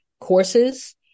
Courses